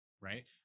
right